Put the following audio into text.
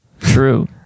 true